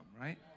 right